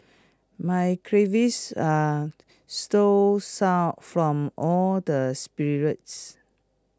my are sore some from all the spirits